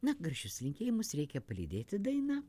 na gražius linkėjimus reikia palydėti daina